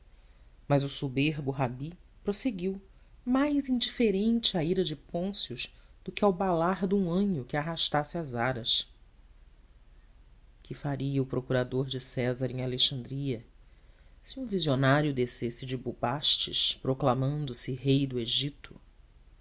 mas o soberbo rabi prosseguiu mais indiferente à ira de pôncio do que ao balar de um anho que arrastasse às aras que faria o procurador de césar em alexandria se um visionário descesse de bubastes proclamando se rei do egito